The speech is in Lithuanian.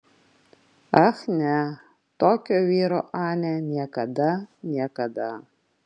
ach ne tokio vyro anė niekada niekada